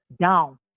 down